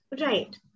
Right